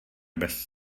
bez